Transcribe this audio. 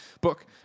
book